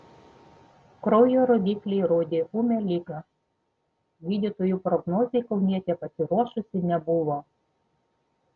kraujo rodikliai rodė ūmią ligą gydytojų prognozei kaunietė pasiruošusi nebuvo